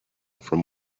from